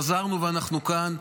חזרנו ואנחנו כאן.